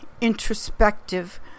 introspective